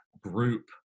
group